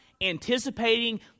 Anticipating